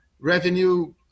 revenue